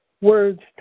words